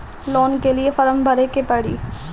Loan के लिए form भरे के पड़ी?